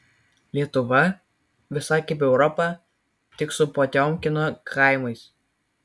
lietuva visai kaip europa tik su potiomkino kaimais